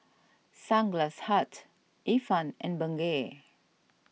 Sunglass Hut Ifan and Bengay